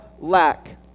lack